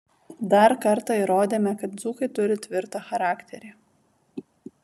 dar kartą įrodėme kad dzūkai turi tvirtą charakterį